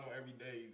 everyday